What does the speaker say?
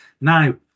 Now